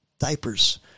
diapers